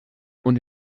und